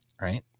right